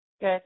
Good